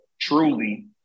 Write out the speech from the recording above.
truly